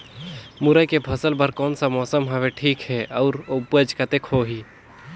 मुरई के फसल बर कोन सा मौसम हवे ठीक हे अउर ऊपज कतेक होही?